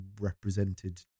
represented